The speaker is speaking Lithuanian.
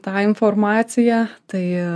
tą informaciją tai